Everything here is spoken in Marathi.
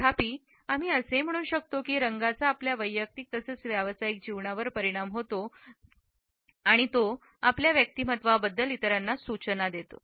तथापि आम्ही असे म्हणू शकतो की रंगांचा आपल्या वैयक्तिक तसेच व्यावसायिक जीवनावर परिणाम होतो आणि तो आपल्या व्यक्तिमत्त्वाबद्दल इतरांना सूचना देतात